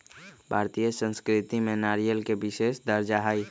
भारतीय संस्कृति में नारियल के विशेष दर्जा हई